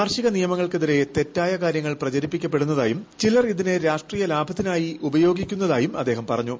കാർഷിക നിയമങ്ങൾക്കെതിരെ തെറ്റായ കാര്യങ്ങൾ പ്രചരിപ്പിക്കപ്പെടുന്നതായും ചിലർ ഇതിനെ രാഷ്ട്രീയ ലാഭത്തിനായി ഉപയോഗിക്കുന്നതായും അദ്ദേഹം പറഞ്ഞു